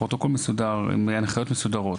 פרוטוקול מסודר עם הנחיות מסודרות,